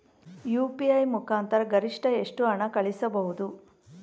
UPI ಮುಖಾಂತರ ಗರಿಷ್ಠ ಎಷ್ಟು ಹಣ ಕಳಿಸಬಹುದು?